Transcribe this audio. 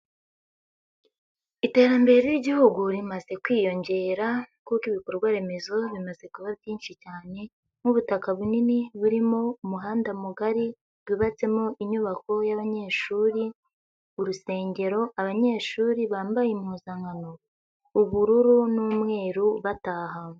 Iterambere ry'igihugu rimaze kwiyongera, kuko ibikorwa remezo bimaze kuba byinshi cyane. Nk'ubutaka bunini, burimo, umuhanda mugari, bwubatsemo inyubako y'abanyeshuri, urusengero, abanyeshuri bambaye impuzankano. Ubururu n'umweru bataha.